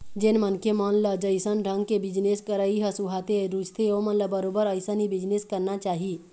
जेन मनखे मन ल जइसन ढंग के बिजनेस करई ह सुहाथे, रुचथे ओमन ल बरोबर अइसन ही बिजनेस करना चाही